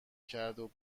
کردو